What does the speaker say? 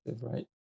right